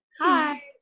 hi